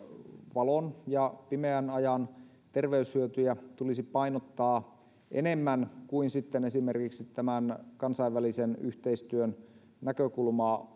valon ja pimeän ajan terveyshyötyjä tulisi painottaa enemmän kuin esimerkiksi kansainvälisen yhteistyön näkökulmaa